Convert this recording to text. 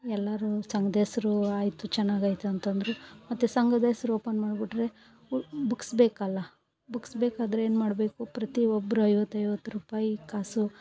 ಎಲ್ಲರು ಸಂಘ್ದಹೆಸ್ರು ಆಯಿತು ಚೆನ್ನಾಗಾಯ್ತು ಅಂತಂದರು ಮತ್ತು ಸಂಘದಹೆಸ್ರು ಓಪನ್ ಮಾಡಿಬಿಟ್ರೆ ಬುಕ್ಸ್ ಬೇಕಲ್ಲ ಬುಕ್ಸ್ ಬೇಕಾದರೆ ಏನು ಮಾಡಬೇಕು ಪ್ರತಿ ಒಬ್ರು ಐವತ್ತು ಐವತ್ತು ರೂಪಾಯಿ ಕಾಸು